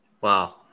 Wow